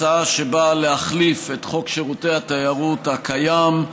הצעה שבאה להחליף את חוק שירותי התיירות הקיים,